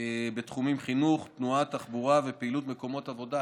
כך הגענו לנקודת הזמן הנוכחית.